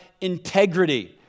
integrity